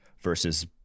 versus